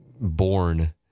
born